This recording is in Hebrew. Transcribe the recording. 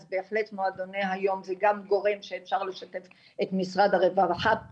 אז בהחלט מועדוני היום זה גם גורם שאפשר לשתף את משרד הרווחה בו,